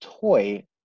toy